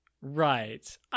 Right